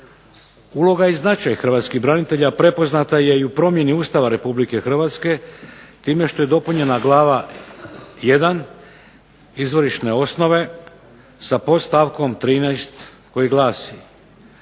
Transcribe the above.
Uloga i značaj hrvatskih branitelja prepoznata je i u promjeni Ustava Republike Hrvatske, time što je dopunjena glava 1. izvorišne osnove sa podstavkom 13. koji glasi: